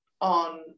on